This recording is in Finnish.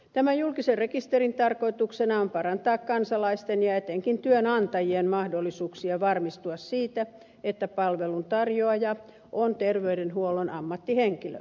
tämän julkisen rekisterin tarkoituksena on parantaa kansalaisten ja etenkin työnantajien mahdollisuuksia varmistua siitä että palvelun tarjoaja on terveydenhuollon ammattihenkilö